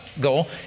goal